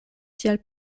tiel